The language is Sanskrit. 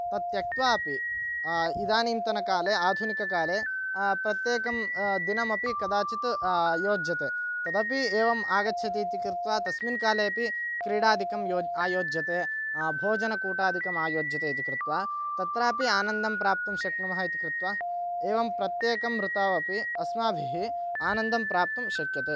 तत् त्यक्त्वापि इदानीन्तनकाले आधुनिककाले प्रत्येकं दिनमपि कदाचित् योज्यते तदपि एवम् आगच्छति इति कृत्वा तस्मिन् कालेऽपि क्रीडादिकं योज् आयोज्यते भोजनकूटादिकम् आयोज्यते इति कृत्वा तत्रापि आनन्दं प्राप्तुं शक्नुमः इति कृत्वा एवं प्रत्येकं ऋतावपि अस्माभिः आनन्दं प्राप्तुं शक्यते